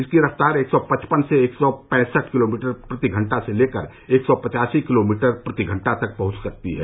इसकी रफ्तार एक सौ पचपन से एक सौ पैंसठ किलोमीटर प्रतिघंटा से लेकर एक सौ पचासी किलोमीटर प्रति घंटा तक पहुंच सकती है